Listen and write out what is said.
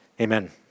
Amen